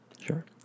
Sure